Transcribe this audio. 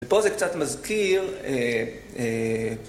ופה זה קצת מזכיר...